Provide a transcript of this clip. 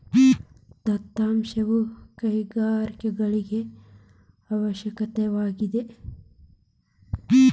ದತ್ತಾಂಶವು ಕೈಗಾರಿಕೆಗಳಿಗೆ ಅವಶ್ಯಕವಾಗಿದೆ